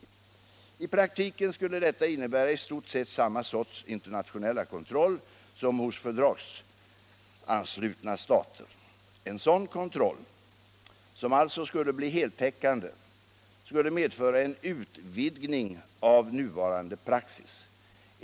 I praktiken skulle detta innebära i stort sett samma sorts internationella kontroll som hos fördragsanslutna stater. En sådan kontroll, som alltså skulle bli heltäckande, skulle medföra en utvidgning av nuvarande praxis.